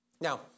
Now